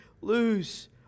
lose